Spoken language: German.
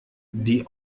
die